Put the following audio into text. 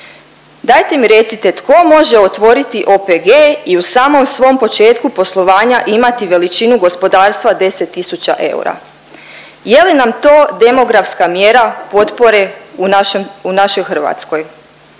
Dajte mi recite tko može otvoriti OPG i u samom svom početku poslovanja imati veličinu gospodarstva 10 tisuća eura? Je li nam to demografska mjera potpore u našem, u našoj Hrvatskoj?